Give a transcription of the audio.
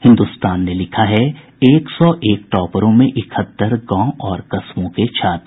हिन्दुस्तान ने लिखा है एक सौ एक टॉपरों में इकहत्तर गांव और कस्बों के छात्र